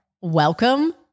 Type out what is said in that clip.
Welcome